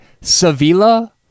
Sevilla